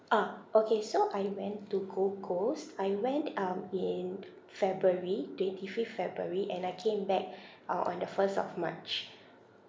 ah okay so I went to gold coast I went um in february twenty fifth february and I came back uh on the first of march